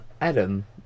Adam